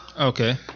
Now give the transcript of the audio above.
Okay